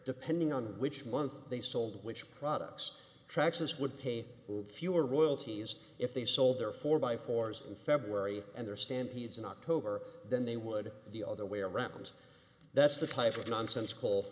depending on which month they sold which products tracks this would pay fewer royalties if they sold their four by fours in february and their stampedes in october than they would the other way around that's the type of nonsense cal